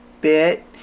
bit